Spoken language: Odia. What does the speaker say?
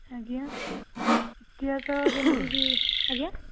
ଆଜ୍ଞା ଇତିହାସ ଯେମିତି କି ଆଜ୍ଞା